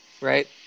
Right